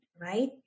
right